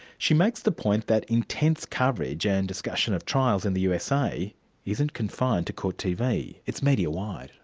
she makes the point that intense coverage and discussion of trials in the usa isn't confined to court tv, it's media-wide.